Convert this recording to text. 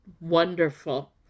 wonderful